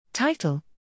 Title